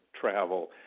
travel